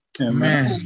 Amen